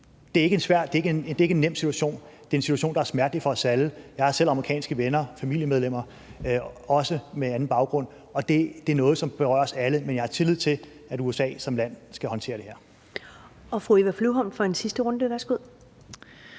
Det er ikke en nem situation – det er en situation, der er smertelig for os alle. Jeg har selv amerikanske venner og familiemedlemmer, også med anden baggrund, og det er noget, som berører os alle. Men jeg har tillid til, at USA som land håndterer det her. Kl. 13:18 Første næstformand